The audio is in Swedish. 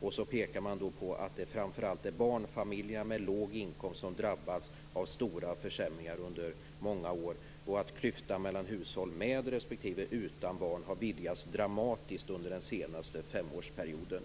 Man pekar på att det är framför allt barnfamiljerna med låg inkomst som drabbats av stora försämringar under många år och att klyftan mellan hushåll med respektive utan barn har vidgats dramatiskt under den senaste femårsperioden.